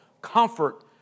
comfort